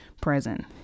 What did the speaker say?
present